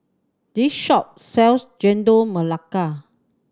this shop sells Chendol Melaka